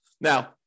Now